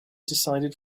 decided